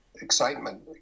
excitement